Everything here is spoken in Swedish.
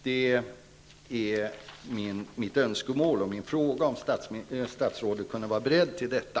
Det är mitt önskemål, och jag undrar om statsrådet är beredd att göra detta.